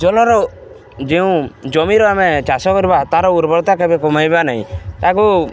ଜଳର ଯେଉଁ ଜମିରୁ ଆମେ ଚାଷ କରିବା ତା'ର ଉର୍ବରତା କେବେ କମାଇବା ନାହିଁ ତାକୁ